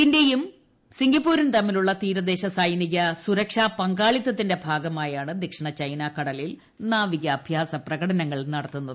ഇന്ത്യയും സിംഗപ്പൂരും തമ്മിലുള്ള തീരദേശ സൈനിക സുരക്ഷ പങ്കാളിത്തത്തിന്റെ ഭാഗമായാണ് ദക്ഷിണ ചൈന കടലിൽ നാവിക അഭ്യാസ പ്രകടനങ്ങൾ നടത്തുന്നത്